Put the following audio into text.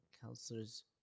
counselors